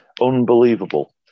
Unbelievable